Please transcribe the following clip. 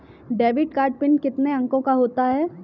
Debit card PIN कितने अंकों का होता है?